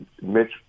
Mitch